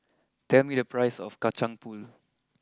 tell me the price of Kacang Pool